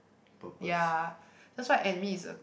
ya that's why admin is a